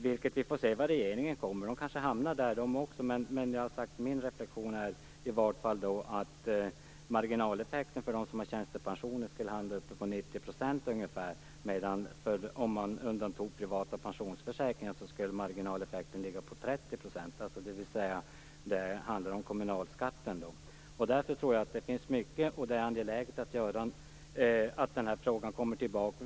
Vi får se vart regeringen kommer i den frågan. Jag har sagt att min reflexion är den att marginaleffekten för dem som har tjänstepension skulle ligga på 90 %. Om man undantog privata pensionsförsäkringar skulle marginaleffekten ligga på 30 %. Det handlar om kommunalskatten. Därför är det angeläget att frågan kommer tillbaka.